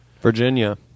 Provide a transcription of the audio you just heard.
Virginia